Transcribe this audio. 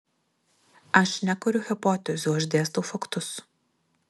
aš nekuriu hipotezių aš dėstau faktus